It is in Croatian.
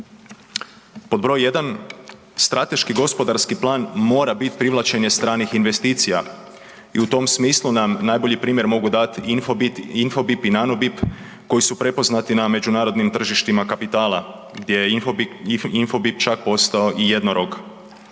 Pod br. 1. strateški gospodarski plan mora bit privlačenje stranih investicija i u tom smislu nam najbolji primjer mogu dat Infobit, Infobip i Nanobip koji su prepoznati na međunarodnim tržištima kapitala gdje Infobit, Infobip čak postao i jednorog.